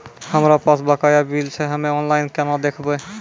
हमरा पास बकाया बिल छै हम्मे ऑनलाइन केना देखबै?